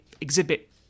exhibit